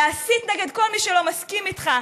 להסית נגד כל מי שלא מסכים איתך,